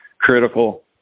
critical